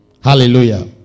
Hallelujah